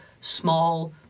small